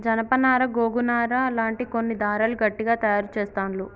జానప నారా గోగు నారా లాంటి కొన్ని దారాలు గట్టిగ తాయారు చెస్తాండ్లు